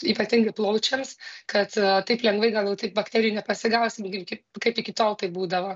ypatingai plaučiams kad taip lengvai gal jau taip bakterijų nepasigausim kaip kaip kaip iki tol taip būdavo